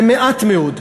זה מעט מאוד.